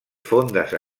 fondes